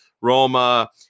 Roma